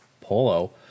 polo